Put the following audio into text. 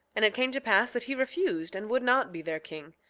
and it came to pass that he refused and would not be their king.